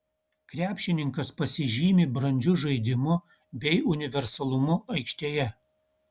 krepšininkas pasižymi brandžiu žaidimu bei universalumu aikštėje